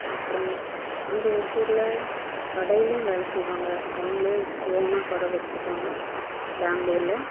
அப்புறம் அங்கே ஓசூரில் கடையிலையும் வேலை செய்வாங்க அவங்களே ஓனாக கடை வெச்சிருக்காங்க பெங்களூர்ல